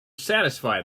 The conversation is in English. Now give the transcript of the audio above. satisfy